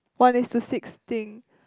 one is to six thing